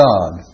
God